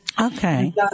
Okay